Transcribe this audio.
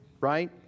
right